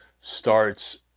starts